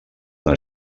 una